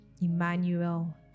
Emmanuel